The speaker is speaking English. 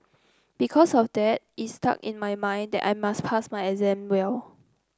because of that it stuck in my mind that I must pass my exam well